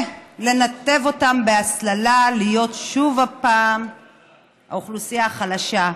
לנתב אותם בהסללה להיות שוב האוכלוסייה החלשה?